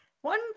One